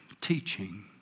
teaching